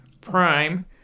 Prime